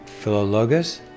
Philologus